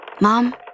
Mom